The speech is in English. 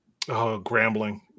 Grambling